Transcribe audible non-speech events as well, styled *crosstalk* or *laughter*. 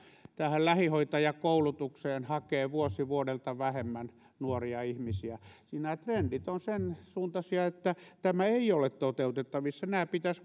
lähihoitajakoulutukseen hakee vuosi vuodelta vähemmän nuoria ihmisiä nämä trendit ovat sen suuntaisia että tämä ei ole toteutettavissa nämä pitäisi *unintelligible*